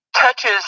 touches